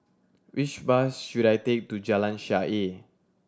which bus should I take to Jalan Shaer